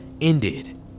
ended